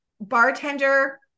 bartender